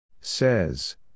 Says